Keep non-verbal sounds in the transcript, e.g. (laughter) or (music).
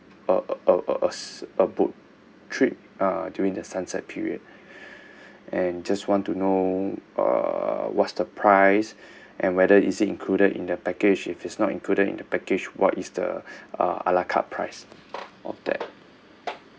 a a a a boat trip uh during the sunset period (breath) and just want to know uh what's the price and whether is it included in the package if is not included in the package what is the uh a la carte price of that